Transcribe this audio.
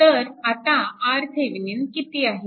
तर आता RThevenin किती आहे